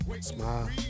smile